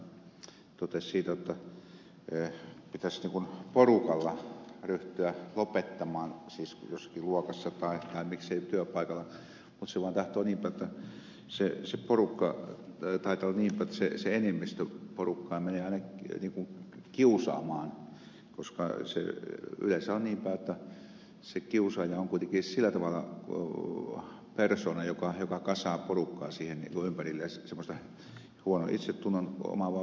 karhu totesi että pitäisi porukalla ryhtyä lopettamaan siis jossakin luokassa tai miksei työpaikalla mutta silloin tapahtuu niin että se enemmistöporukka menee aina kiusaamaan koska se yleensä on niinpäin että se kiusaaja on kuitenkin sillä tavalla persoona joka kasaa porukkaa siihen ympärilleen huonon itsetunnon omaavaa porukkaa ja sitten porukassa lähdetään